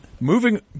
Moving